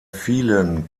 vielen